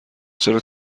چرا